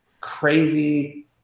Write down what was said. crazy